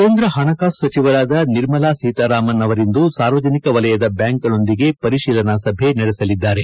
ಕೇಂದ್ರ ಹಣಕಾಸು ಸಚಿವರಾದ ನಿರ್ಮಲಾ ಸೀತಾರಾಮನ್ ಅವರಿಂದು ಸಾರ್ವಜನಿಕ ವಲಯದ ಬ್ಯಾಂಕ್ ಗಳೊಂದಿಗೆ ಪರಿಶೀಲನಾ ಸಭೆ ನಡೆಸಲಿದ್ದಾರೆ